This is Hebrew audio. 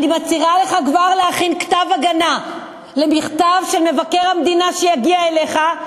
אני מציעה לך כבר להכין כתב הגנה למכתב של מבקר המדינה שיגיע אליך,